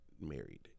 married